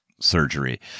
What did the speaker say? surgery